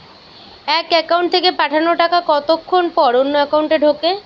এক একাউন্ট থেকে পাঠানো টাকা কতক্ষন পর অন্য একাউন্টে ঢোকে?